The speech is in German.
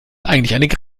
eigentlich